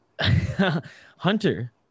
Hunter